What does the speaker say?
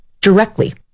directly